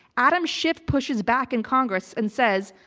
adam schiff pushes back in congress and says,